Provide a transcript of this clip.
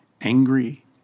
angry